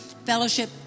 fellowship